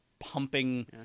pumping